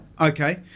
Okay